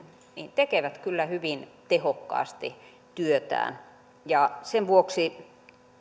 tekevät kyllä hyvin tehokkaasti työtään ja sen vuoksi